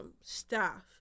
staff